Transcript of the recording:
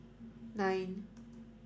nine